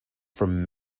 from